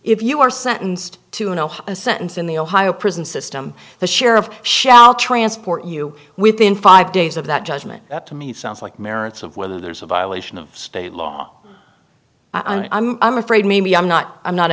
if you are sentenced to know a sentence in the ohio prison system the sheriff shall transport you within five days of that judgment that to me sounds like merits of whether there's a violation of state law i'm i'm afraid maybe i'm not i'm not